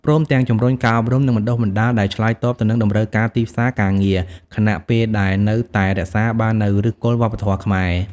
ព្រមទាំងជំរុញការអប់រំ និងបណ្ដុះបណ្ដាលដែលឆ្លើយតបទៅនឹងតម្រូវការទីផ្សារការងារ ខណៈពេលដែលនៅតែរក្សាបាននូវឫសគល់វប្បធម៌ខ្មែរ។